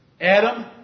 Adam